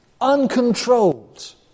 uncontrolled